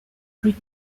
plus